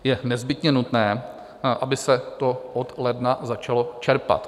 Je nezbytně nutné, aby se to od ledna začalo čerpat.